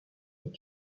est